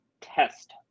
test